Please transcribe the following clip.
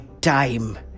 time